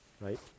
right